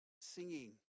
singing